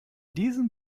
diesen